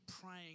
praying